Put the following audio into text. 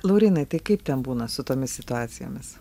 laurynai tai kaip ten būna su tomis situacijomis